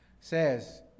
says